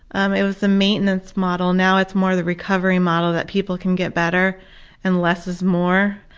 um it was a maintenance model. now it's more the recovery model, that people can get better and less is more.